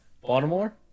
Baltimore